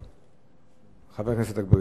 3799,